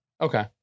okay